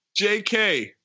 JK